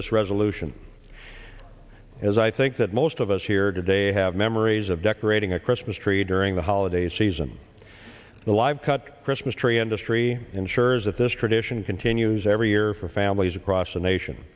this resolution as i think that most of us here today have memories of decorating a christmas tree during the holiday season the live cut christmas tree industry ensures that this tradition continues every year for families across the nation